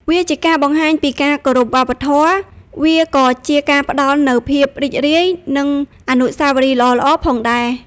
វាជាការបង្ហាញពីការគោរពវប្បធម៌។ វាក៏ជាការផ្ដល់នូវភាពរីករាយនិងអនុស្សាវរីយ៍ល្អៗផងដែរ។